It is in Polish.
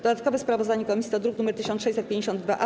Dodatkowe sprawozdanie komisji to druk nr 1652-A.